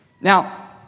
Now